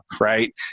right